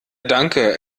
danke